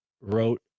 wrote